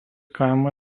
kaimo